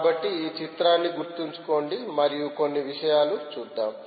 కాబట్టి ఈ చిత్రాన్ని గుర్తుంచుకోండి మరియు కొన్ని విషయాలను చూద్దాము